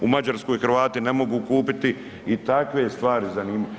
U Mađarskoj Hrvati ne mogu kupiti i takve stvari zanima.